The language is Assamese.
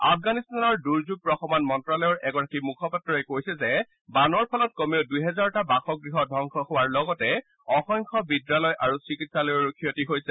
আফগানিস্তানৰ দূৰ্যোগ প্ৰশমন মন্ত্ৰ্যালয়ৰ এগৰাকী মুখপাত্ৰ কৈছে যে বানৰ ফলত কমেও দুহেজাৰটা বাসগৃহ ধবংস হোৱাৰ লগতে অসংখ্য বিদ্যালয় আৰু চিকিৎসালয়ৰো ক্ষতি হৈছে